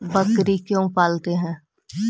बकरी क्यों पालते है?